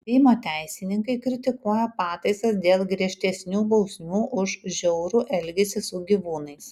seimo teisininkai kritikuoja pataisas dėl griežtesnių bausmių už žiaurų elgesį su gyvūnais